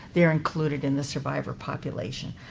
they're included in the survivor population.